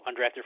undrafted